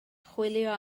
chwilio